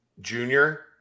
junior